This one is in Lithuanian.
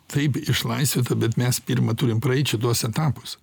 taip išlaisvinta bet mes pirma turim praeit šituos etapus